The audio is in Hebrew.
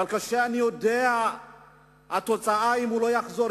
אבל כשאני יודע שאם הוא לא יחזור